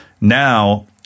now